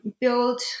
build